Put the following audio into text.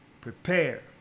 prepare